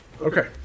Okay